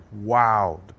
Wow